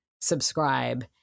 subscribe